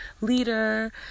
leader